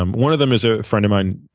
um one of them is a friend of mine.